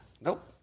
nope